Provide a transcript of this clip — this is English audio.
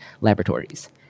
laboratories